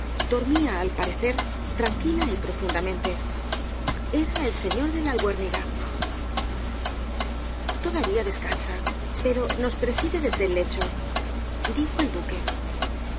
dormía al parecer tranquila y profundamente era el señor de la albuérniga rosalía de castro todavía descansa pero nos preside desde el lecho dijo el duque el asombro de